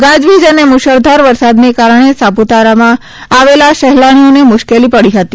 ગાજવીજ અને મુશળધાર વરસાદના કારણે સાપુતારા આવેલા સહેલાણીઓને મુશ્કેલી પડી હતી